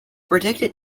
predicted